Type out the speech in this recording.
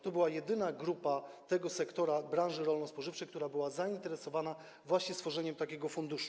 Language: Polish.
To była jedyna grupa tego sektora branży rolno-spożywczej, która była zainteresowana właśnie stworzeniem takiego funduszu.